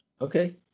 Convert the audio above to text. Okay